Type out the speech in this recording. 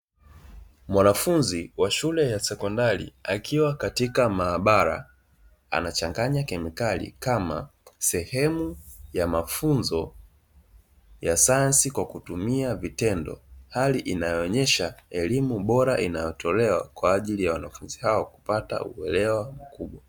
Mwanafunzi wa shule ya sekondari akiwa katika maabara anachanganya kemikali kama sehemu ya mafunzo ya sayansi kwa kutumia vitendo, hali inayoonyesha elimu bora inayotolewa kwa ajili ya wanafunzi hao kupata uelewa mkubwa.